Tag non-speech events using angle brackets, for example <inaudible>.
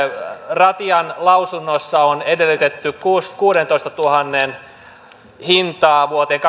ratian lausunnossa on edellytetty kuudentoistatuhannen hintaa vuoteen <unintelligible>